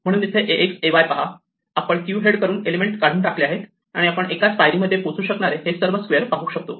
म्हणून इथे ax ay पहा आपण क्यू हेड कडून एलिमेंट काढून टाकले आहे आणि आपण एकाच पायरी मध्ये पोहोचू शकणारे हे सर्व स्क्वेअर पाहू शकतो